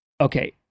Okay